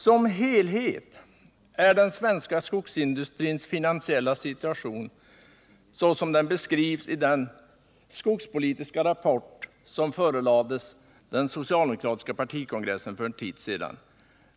Som helhet är den svenska skogsindustrins finansiella situation sådan som den beskrivs i den skogspolitiska rapport som förelades den socialdemokratiska partikongressen för en tid sedan.